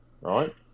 right